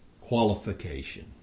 Qualification